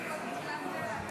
עשר דקות לרשותך.